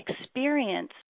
experience